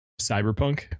Cyberpunk